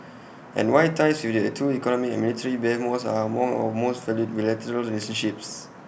and why ties with the two economic and military behemoths are among our most valued bilateral relationships